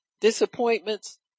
disappointments